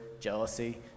jealousy